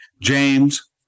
James